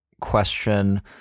question